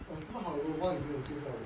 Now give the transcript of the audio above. !wah! 有这么好的 lobang 你没有介绍给我